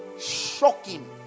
shocking